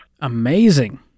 Amazing